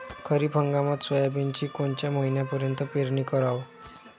खरीप हंगामात सोयाबीनची कोनच्या महिन्यापर्यंत पेरनी कराव?